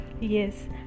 Yes